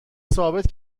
ثابت